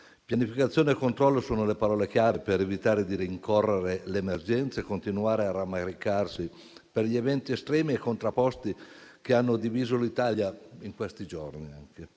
Pianificazione e controllo sono le parole chiave per evitare di rincorrere l'emergenza e continuare a rammaricarsi per gli eventi estremi e contrapposti che hanno diviso l'Italia in questi giorni.